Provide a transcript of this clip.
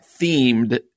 themed